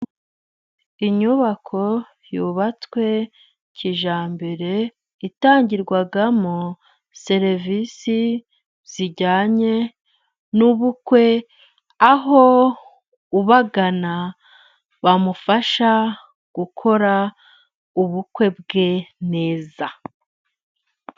Inyubako yubatswe kijyambere itangirwamo serivisi zijyanye n'ubukwe, aho ubagana bamufasha gukora ubukwe bwe neza.